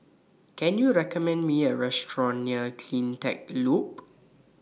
Can YOU recommend Me A Restaurant near CleanTech Loop